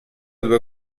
due